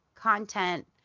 content